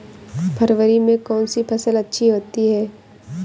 फरवरी में कौन सी फ़सल अच्छी होती है?